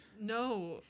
No